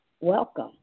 Welcome